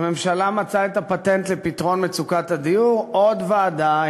הממשלה מצאה את הפטנט לפתרון מצוקת הדיור: עוד ועדה,